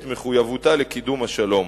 את מחויבותה לקידום השלום,